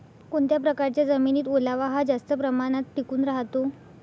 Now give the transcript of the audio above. कोणत्या प्रकारच्या जमिनीत ओलावा हा जास्त प्रमाणात टिकून राहतो?